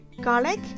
garlic